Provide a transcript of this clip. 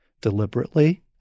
deliberately